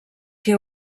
que